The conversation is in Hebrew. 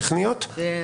תודה.